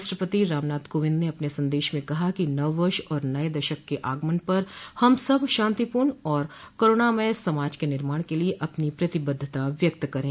राष्ट्रपति रामनाथ कोविंद ने अपने संदेश में कहा कि नव वर्ष और नए दशक के आगमन पर हम सब शांतिपूर्ण और करुणामय समाज के निर्माण के लिए अपनी प्रतिबद्धता व्यक्त करें